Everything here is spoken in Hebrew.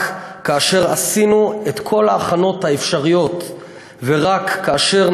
רק כאשר עשינו את כל ההכנות האפשריות ורק כאשר